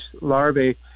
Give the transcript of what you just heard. larvae